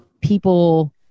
people